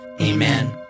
Amen